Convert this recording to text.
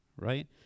right